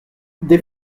des